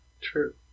True